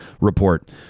report